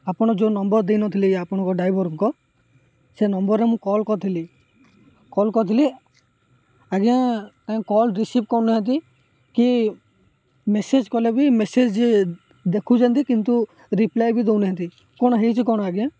ଆପଣ ଯେଉଁ ନମ୍ବର ଦେଇନଥିଲେ ଆପଣଙ୍କ ଡ୍ରାଇଭରଙ୍କ ସେ ନମ୍ବରରେ ମୁଁ କଲ୍ କରିଥିଲି କଲ୍ କରିଥିଲି ଆଜ୍ଞା କାଇଁ କଲ୍ ରିସିଭ୍ କରୁନାହାଁନ୍ତି କି ମେସେଜ୍ କଲେ ବି ମେସେଜ୍ ଦେଖୁଛନ୍ତି କିନ୍ତୁ ରିପ୍ଲାଏ ବି ଦେଉନାହାନ୍ତି କ'ଣ ହେଇଛି କ'ଣ ଆଜ୍ଞା